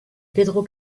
pedro